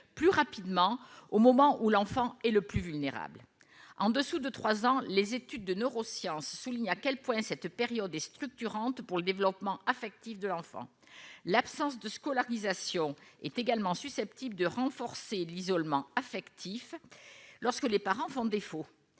plus rapidement au moment où l'enfant est le plus vulnérable en dessous de 3 ans les études de neurosciences souligne à quel point cette période et structurante pour le développement affectif de l'enfant, l'absence de scolarisation est également susceptible de renforcer l'isolement affectif, lorsque les parents font défaut,